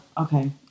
okay